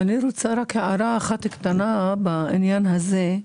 אני רוצה רק הערה אחת קטנה בעניין הזה,